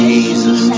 Jesus